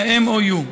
ה-MOU.